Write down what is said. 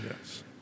Yes